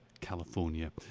California